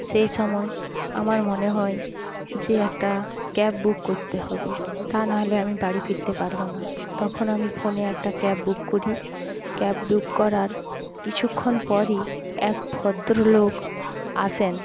সেই সময় আমার মনে হয় যে একটা ক্যাব বুক করতে হবে তা নাহলে আমি বাড়ি ফিরতে পারবো না তখন আমি ফোনে একটা ক্যাব বুক করি ক্যাব বুক করার কিছুক্ষণ পরই এক ভদ্রলোক আসেন